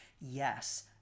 Yes